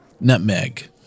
Nutmeg